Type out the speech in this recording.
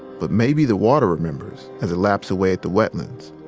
but maybe the water remembers as it laps away at the wetlands.